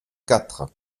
quatre